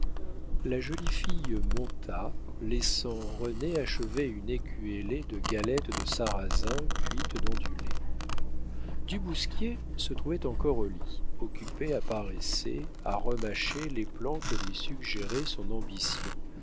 la jolie fille monta laissant rené achever une écuellée de galette de sarrasin cuite dans du lait du bousquier se trouvait encore au lit occupé à paresser à remâcher les plans que lui suggérait son ambition